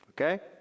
Okay